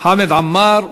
חמד עמאר,